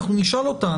אנחנו נשאל אותה,